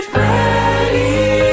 ready